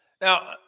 Now